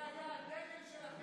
זה היה הדגל שלכם.